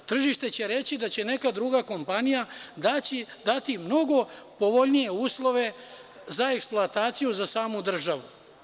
Tržište će reći da će neka druga kompanija dati mnogo povoljnije uslove za eksploataciju za samu državu.